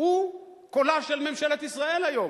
הוא קולה של ממשלת ישראל היום.